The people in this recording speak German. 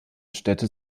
städte